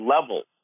levels